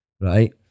right